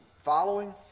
following